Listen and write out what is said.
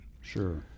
sure